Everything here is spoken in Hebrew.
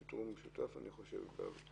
שיטור משותף אני חושב.